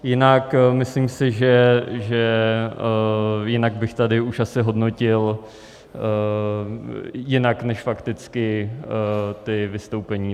Jinak myslím si, že jinak bych tady už asi hodnotil jinak než fakticky ta vystoupení.